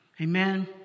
Amen